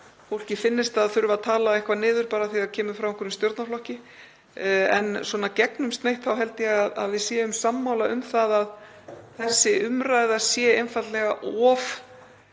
fólki finnst það þurfa að tala eitthvað niður, bara af því að mál kemur frá öðrum stjórnarflokki, en gegnumsneitt þá held ég að við séum sammála um að þessi umræða sé einfaldlega of